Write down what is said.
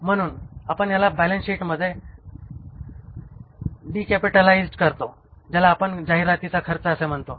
म्हणून आपण ह्याला बॅलन्स शीटमध्ये डिकॅपिटलाईज करतो ज्याला आपण जाहिरातीचा खर्च असे म्हणतो